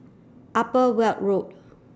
Upper Weld Road